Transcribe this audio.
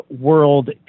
world